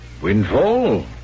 Windfall